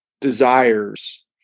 desires